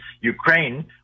Ukraine